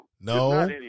No